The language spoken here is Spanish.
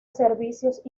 servicios